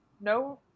no